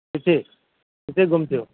किथे किथे गुम थियो